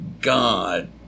God